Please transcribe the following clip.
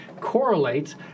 correlates